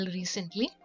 recently